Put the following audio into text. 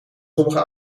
sommige